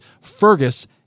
Fergus